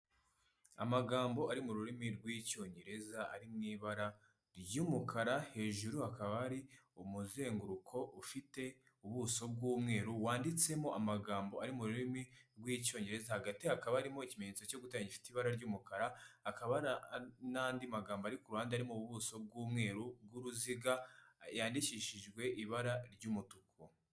Amagambo ari mu rurimi rw'Icyongereza, ari mu ibara ry'umukara, hejuru hakaba hari umuzenguruko ufite ubuso bw'umweru, wanditsemo amagambo ari mu rurimi rw'Icyongereza, hagati hakaba harimo ikimenyetso cyo guteranya gifite ibara ry'umukara, hakaba hari n'andi magambo ari ku ruhande ari mu buso bw'umweru bw'uruziga, yandicyishijwe ibara ry'umutuku.